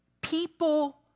People